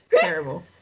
Terrible